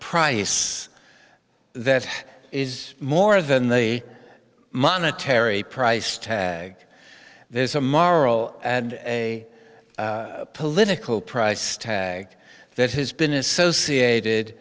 price that is more than the monetary price tag there is a moral and a political price tag that has been associated